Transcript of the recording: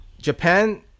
Japan